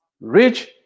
rich